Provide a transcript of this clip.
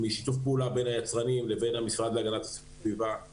משיתוף פעולה בין היצרנים לבין המשרד להגנת הסביבה,